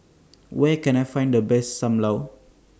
Where Can I Find The Best SAM Lau